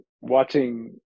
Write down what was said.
watching